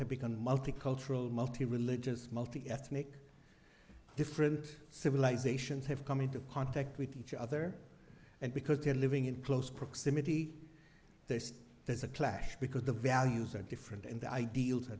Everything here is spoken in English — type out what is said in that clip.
have become multicultural multi religious multiethnic different civilisations have come into contact with each other and because they are living in close proximity they say there's a clash because the values are different in the ideals are